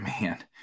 man